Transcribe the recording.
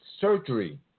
surgery